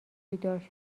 بیدار